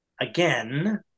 again